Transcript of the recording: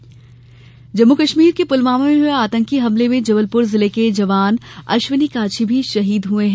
पुलवामा शहीद जम्मू कश्मीर के पुलवामा में हुए आतंकी हमले में जबलपुर जिले के जवान अश्विनी काछी भी शहीद हुए हैं